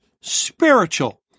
spiritual